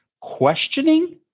questioning